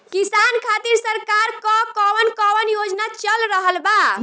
किसान खातिर सरकार क कवन कवन योजना चल रहल बा?